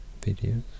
videos